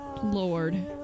lord